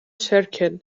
circle